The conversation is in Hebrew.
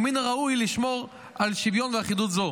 ומן הראוי לשמור על שוויון ואחידות אלו.